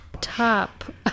top